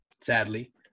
sadly